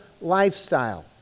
lifestyle